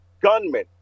gunmen